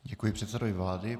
Děkuji předsedovi vlády.